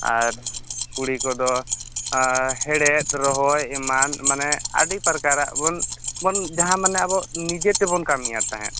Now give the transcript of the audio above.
ᱟᱨ ᱠᱩᱲᱤ ᱠᱚᱫᱚ ᱦᱮᱲᱦᱮᱫ ᱨᱚᱦᱚᱭ ᱮᱢᱟᱱ ᱢᱟᱱᱮ ᱟᱹᱰᱤ ᱯᱨᱚᱠᱟᱨᱟᱜ ᱵᱚᱱ ᱵᱚᱱ ᱡᱟᱦᱟᱸ ᱢᱟᱱᱮ ᱟᱵᱚ ᱱᱤᱡᱮᱛᱮᱵᱚ ᱠᱟᱹᱢᱤᱭᱮᱫ ᱛᱟᱦᱮᱸᱫ